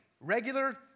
Regular